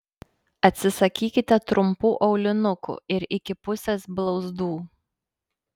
atsisakykite trumpų aulinukų ir iki pusės blauzdų